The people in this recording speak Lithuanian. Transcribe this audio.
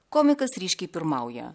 komikas ryškiai pirmauja